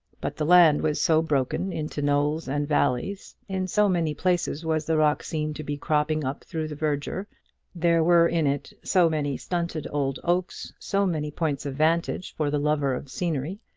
but the land was so broken into knolls and valleys, in so many places was the rock seen to be cropping up through the verdure, there were in it so many stunted old oaks, so many points of vantage for the lover of scenery,